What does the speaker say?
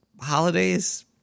Holidays